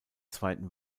zweiten